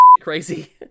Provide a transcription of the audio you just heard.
crazy